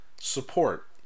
Support